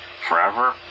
forever